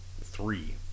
three